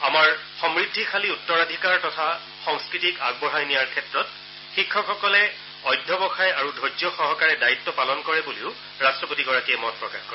আমাৰ সমৃদ্ধিশালী উত্তৰাধিকাৰ তথা সংস্কৃতিক আগবঢ়াই নিয়াৰ ক্ষেত্ৰত শিক্ষকসকলে অধ্যৱসায় আৰু ধৈৰ্য্য সহকাৰে দায়িত্ব পালন কৰে বুলিও ৰাট্টপতিগৰাকীয়ে মতপ্ৰকাশ কৰে